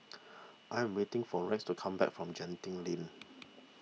I am waiting for Rex to come back from Genting Link